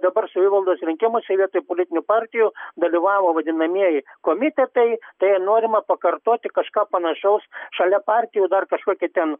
dabar savivaldos rinkimuose vietoj prie politinių partijų dalyvavo vadinamieji komitetai tai norima pakartoti kažką panašaus šalia partijų dar kažkokie ten